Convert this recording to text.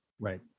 Right